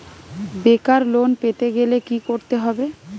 বেকার লোন পেতে গেলে কি করতে হবে?